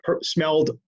smelled